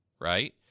right